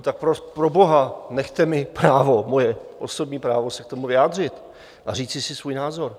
Tak proboha nechte mi právo, moje osobní právo, se k tomu vyjádřit a říci si svůj názor.